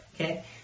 okay